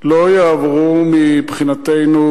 לא יעברו מבחינתנו,